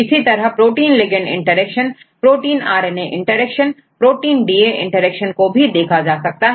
इसी तरह से protein ligand interaction protein R N A interaction protein DNA interactions को भी देखा जाता है